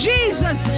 Jesus